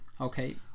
Okay